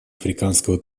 африканского